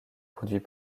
produit